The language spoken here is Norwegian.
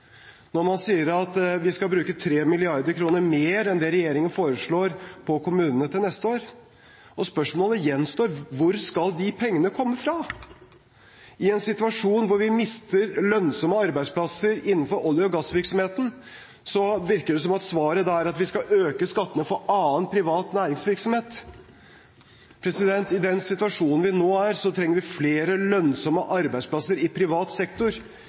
når man sier at man skal bruke 3 mrd. kr mer enn det regjeringen foreslår, på kommunene til neste år. Spørsmålet gjenstår: Hvor skal de pengene komme fra? I en situasjon hvor vi mister lønnsomme arbeidsplasser innenfor olje- og gassvirksomheten, virker det som om svaret er at vi skal øke skattene for annen privat næringsvirksomhet. I den situasjonen vi nå er i, trenger vi flere lønnsomme arbeidsplasser i privat sektor.